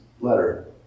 letter